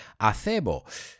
acebo